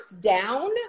down